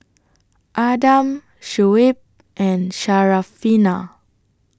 Adam Shuib and Syarafina